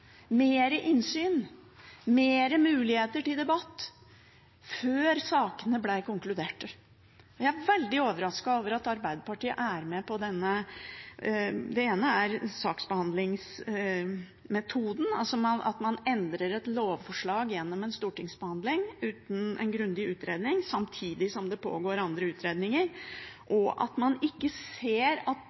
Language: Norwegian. innsyn, mer muligheter til debatt før det ble konkludert i sakene. Jeg er veldig overrasket over at Arbeiderpartiet er med på – for det ene – saksbehandlingsmetoden, altså at man endrer et lovforslag gjennom en stortingsbehandling uten en grundig utredning, samtidig som det pågår andre utredninger, og at man ikke ser at